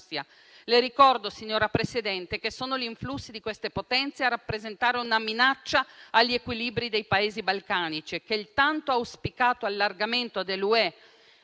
Le ricordo, signora Presidente, che sono gli influssi di queste potenze a rappresentare una minaccia agli equilibri dei Paesi balcanici e che il tanto auspicato allargamento dell'UE